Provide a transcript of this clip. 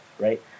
right